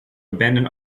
abandon